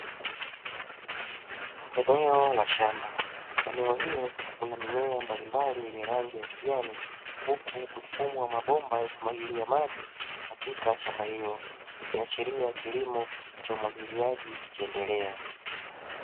Eneo la shamba, eneo hili limepandwa mimea mbalimbali yenye rangi ya kijani, huku kumedungwa mabomba yakimwagilia maji katika shamba hili, ikiashiria kilimo cha umwagiliaji kikiendelea.